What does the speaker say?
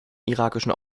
irakischen